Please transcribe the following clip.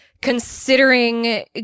Considering